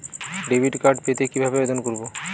Debit card পেতে কিভাবে আবেদন করব?